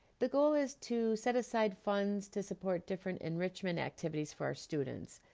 the goal is to set aside funds to support different enrichment activities for our students,